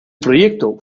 proyecto